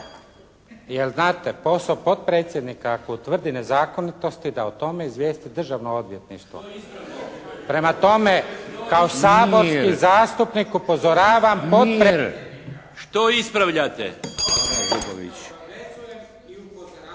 Jer znate, posao potpredsjednika ako utvrdi nezakonitosti da o tome izvijesti Državno odvjetništvo. Prema tome, kao saborski zastupnik upozoravam. …/Upadica: Što ispravljate?/…